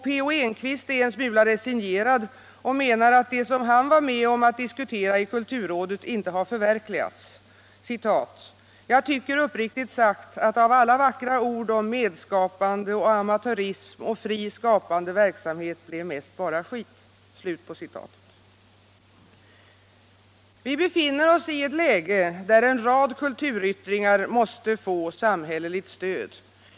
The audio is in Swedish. P. O. Enquist är en smula fesignerad och menar att det som han varit med om att diskutera i kulturrådet inte har förverkligats: ”Jag tycker uppriktigt sagt att av alla vackra ord om medskapande och amatörism och fri skapande verksamhet biecv mest bara skit.' Vi befinner oss i ett läge där en rad kulturyttringar måste få samhälleligt stöd.